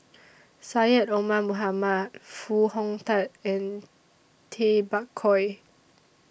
Syed Omar Mohamed Foo Hong Tatt and Tay Bak Koi